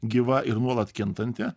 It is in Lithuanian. gyva ir nuolat kintanti